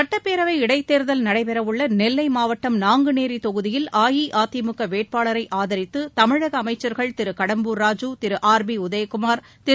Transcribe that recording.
சட்டப்பேரவை இடைத்தேர்தல் நடைபெறவுள்ள நெல்லை மாவட்டம் நாங்குநேரி தொகுதியில் அஇஅதிமுக வேட்பாளரை ஆதித்து தமிழக அமைச்சர்கள் திரு கடம்பூர் ராஜு திரு ஆர் பி உதயகுமார் திரு